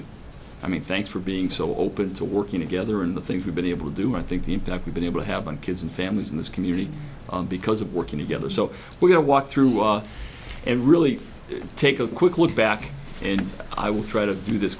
you i mean thanks for being so open to working together and the things we've been able to do i think the impact we've been able to have and kids and families in this community because of working together so we're going to walk through our and really take a quick look back and i will try to do this